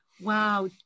wow